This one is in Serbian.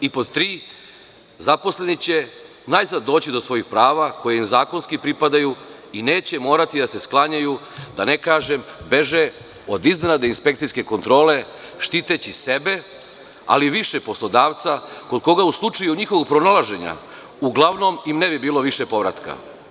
Pod tri – zaposleni će najzad doći do svojih prava koja im zakonski pripadaju i neće morati da se sklanjaju, da ne kažem, beže od iznenadne inspekcijske kontrole, štiteći sebe, ali više poslodavca kod koga,u slučaju njihovog pronalaženja, uglavnom im ne bi bilo više povratka.